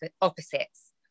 opposites